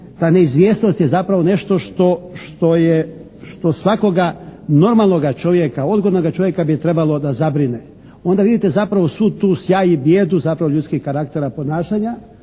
ta neizvjesnost je zapravo nešto što svakoga normalnoga čovjeka, odgovornoga čovjeka bi trebalo da zabrine. Onda vidite zapravo svu tu sjaj i bijedu, zapravo ljudskih karaktera ponašanja,